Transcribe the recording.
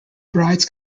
brides